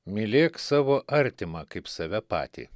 mylėk savo artimą kaip save patį